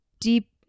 deep